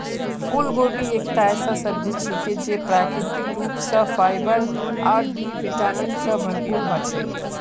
फूलगोभी एकता ऐसा सब्जी छिके जे प्राकृतिक रूप स फाइबर और बी विटामिन स भरपूर ह छेक